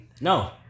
No